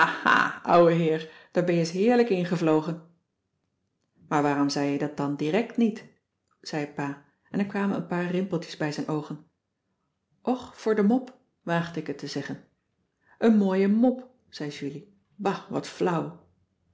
ouwe heer daar ben je es heerlijk ingevlogen maar waarom zei je dat dan direct niet zei pa en er kwamen een paar rimpeltjes bij zijn oogen och voor de mop waagde ik het te zeggen een mooie mop zei julie ba wat flauw